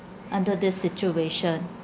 under this situation